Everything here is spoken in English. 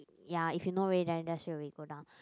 ya if you know already then just straight away go down